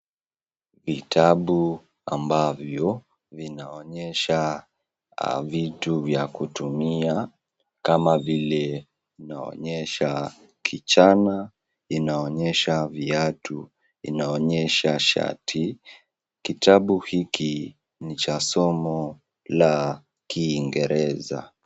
Vitabu ambayo vinaonyesha vitu vya kutumia kama vile vinaonyesha kichana, vinaonyesha vitabu, vinaonyesha shati. Kitabu hiki ni cha somo la kiingereza.